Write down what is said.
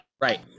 Right